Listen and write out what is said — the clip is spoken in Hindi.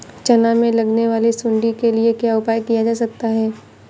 चना में लगने वाली सुंडी के लिए क्या उपाय किया जा सकता है?